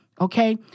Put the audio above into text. okay